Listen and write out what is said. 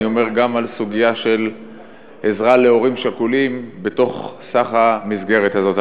אני אומר גם על סוגיה של עזרה להורים שכולים בתוך סך המסגרת הזאת.